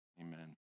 amen